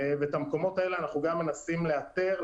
ואת המקומות האלה אנחנו גם מנסים לאתר,